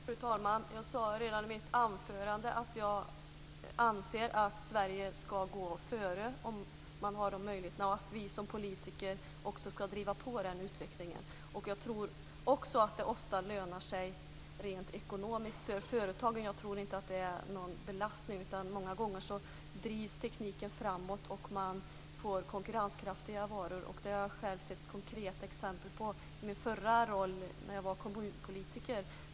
Fru talman! Jag sade redan i mitt anförande att jag anser att Sverige ska gå före om man har möjlighet och att vi som politiker också ska driva på den utvecklingen. Jag tror också att det ofta lönar sig rent ekonomiskt för företagen. Jag tror inte att det är någon belastning. Många gånger drivs tekniken framåt och man får konkurrenskraftiga varor. Det har jag själv sett konkret exempel på i min förra roll när jag var kommunpolitiker.